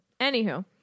anywho